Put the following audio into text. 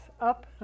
up